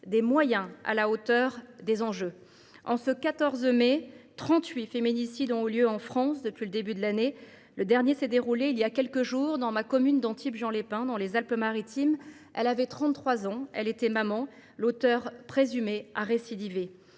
qui soient à la hauteur des enjeux. En ce 14 mai, 38 féminicides ont eu lieu en France depuis le début de l’année. Le dernier s’est déroulé voilà quelques jours, dans ma commune d’Antibes Juan les Pins, dans les Alpes Maritimes. La victime avait 33 ans. Elle était maman. L’auteur présumé a récidivé.